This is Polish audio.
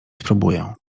spróbuję